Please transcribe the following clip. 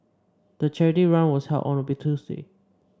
the charity run was held on a Tuesday